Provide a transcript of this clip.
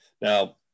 Now